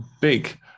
big